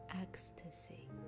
ecstasy